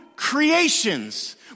Creations